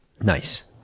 Nice